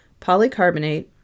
polycarbonate